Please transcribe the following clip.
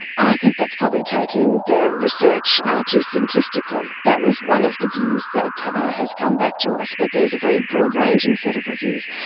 i think that's probably taking the research too simplistically. that was one of the views that has come back to us, but there's a very broad ranging set of reviews.